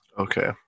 Okay